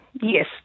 Yes